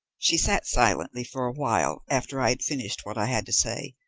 she sat silently for a while after i had finished what i had to say,